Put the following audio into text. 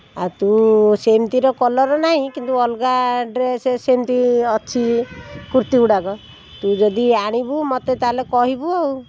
ଆଉ ତୁ ସେମିତିର କଲର୍ ନାହିଁ କିନ୍ତୁ ଅଲଗା ଡ୍ରେସ ସେମିତି ଅଛି କୁର୍ତ୍ତୀଗୁଡ଼ାକ ତୁ ଯଦି ଆଣିବୁ ମୋତେ ତା'ହେଲେ କହିବୁ ଆଉ